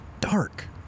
dark